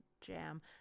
jam